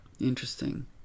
interesting